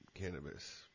cannabis